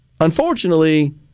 Unfortunately